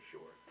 Sure